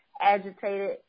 agitated